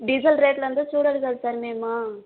diesel రేట్లు అంతా చూడాలి కదా సార్ మేము